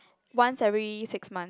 once every six month